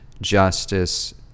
justice